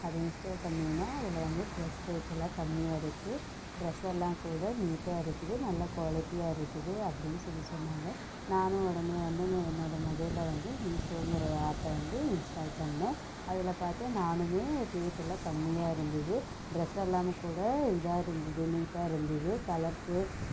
அது இன்ஸ்டால் பண்ணினா அதில் வந்து ட்ரெஸ் ரேட் எல்லாம் கம்மியாக இருக்குது ட்ரெஸ் எல்லாம் கூட நீட்டாக இருக்குது நல்ல குவாலிட்டியாக இருக்குது அப்டினு சொல்லி சொன்னாங்க நானும் உடனே வந்து என்னோடய மொபைலில் வந்து மீஷோங்கிற ஆப்பை வந்து இன்ஸ்டால் பண்ணிணேன் அதில் பார்த்தா நானும் ரேட் எல்லாம் கம்மியாக இருந்தது ட்ரெஸ் எல்லாம் கூட இதாக இருந்தது நீட்டாக இருந்தது கலர்ஸ்ஸு